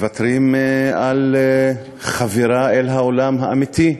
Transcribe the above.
מוותרים על חבירה אל העולם האמיתי,